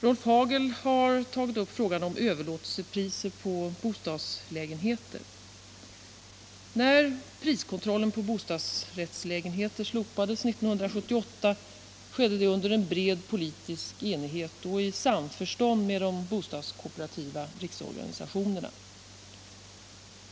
Rolf Hagel har tagit upp frågan om överlåtelsepriser på bostadslägenheter. När priskontrollen på bostadsrättslägenheter slopades år 1968 skedde detta under bred politisk enighet och i samförstånd med de bostadskooperativa riksorganisationerna.